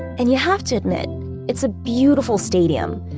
and you have to admit it's a beautiful stadium.